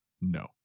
no